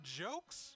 jokes